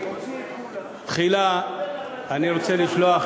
תחילה אני רוצה לשלוח